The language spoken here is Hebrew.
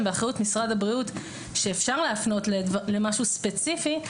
באחריות משרד הבריאות אפשר להפנות למשהו ספציפי.